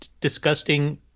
disgusting